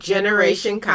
Generation